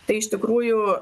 tai iš tikrųjų